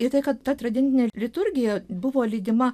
ir tai kad ta tridentinė liturgija buvo lydima